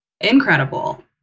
incredible